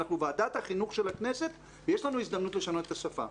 אנחנו ועדת החינוך של הכנסת ויש לנו הזדמנות לשנות את השפה.